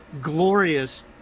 glorious